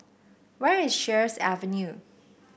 where is Sheares Avenue